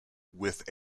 with